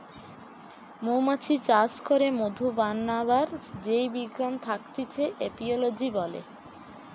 মৌমাছি চাষ করে মধু বানাবার যেই বিজ্ঞান থাকতিছে এপিওলোজি বলে